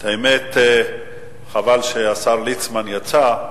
האמת היא שחבל שהשר ליצמן יצא,